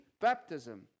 baptism